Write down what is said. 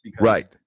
Right